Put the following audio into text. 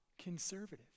conservative